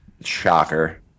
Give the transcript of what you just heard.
Shocker